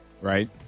Right